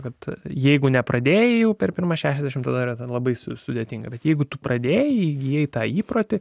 kad jeigu nepradėjau per pirmas šešiasdešimt tada yra ten labai sudėtinga bet jeigu tu pradėjai įgijai tą įprotį